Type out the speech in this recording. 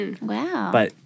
Wow